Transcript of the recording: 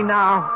now